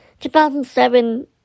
2007